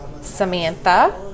Samantha